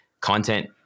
content